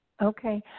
Okay